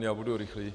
Já budu rychlý.